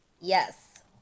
Yes